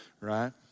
right